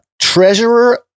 Treasurer